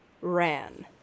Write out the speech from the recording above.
ran